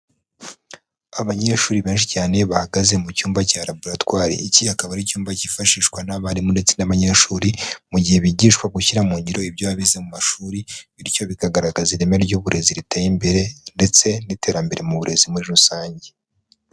Abanyeshuri benshi cyane bahagaze mu cyumba cya laboratwari, iki akaba ari icyumba cyifashishwa n'abarimu ndetse n'abanyeshuri, mu gihe bigishwa gushyira mu ngiro ibyo bize mu mashuri, bityo bikagaragaza ireme ry'uburezi riteye imbere, ndetse n'iterambere mu burezi muri rusange.